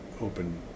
open